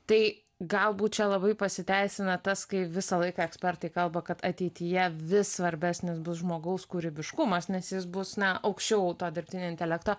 tai galbūt čia labai pasiteisina tas kai visą laiką ekspertai kalba kad ateityje vis svarbesnis bus žmogaus kūrybiškumas nes jis bus na aukščiau to dirbtinio intelekto